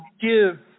give